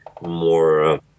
more